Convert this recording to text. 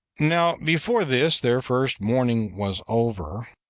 now before this their first mourning was over,